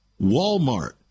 Walmart